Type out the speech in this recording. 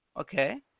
Okay